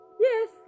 Yes